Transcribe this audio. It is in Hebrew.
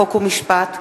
חוק ומשפט,